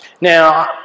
Now